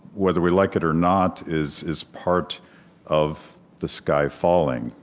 whether we like it or not, is is part of the sky falling.